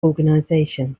organization